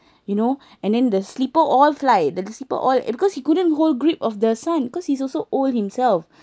you know and then the slipper all fly the slipper all because he couldn't hold grip of the son cause he's also old himself